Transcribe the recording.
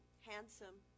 handsome